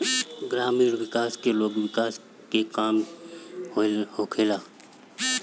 ग्रामीण विकास में लोग के विकास करे के काम होखेला